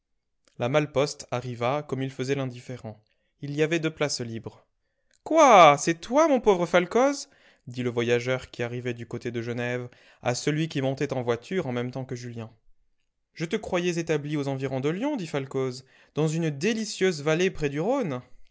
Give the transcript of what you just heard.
la malle-poste arriva comme il faisait l'indifférent il y avait deux places libres quoi c'est toi mon pauvre falcoz dit le voyageur qui arrivait du côté de genève à celui qui montait en voiture en même temps que julien je te croyais établi aux environs de lyon dit falcoz dans une délicieuse vallée près du rhône